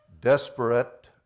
desperate